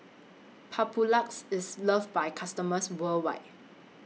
Papulex IS loved By its customers worldwide